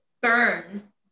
burns